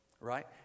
right